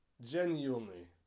genuinely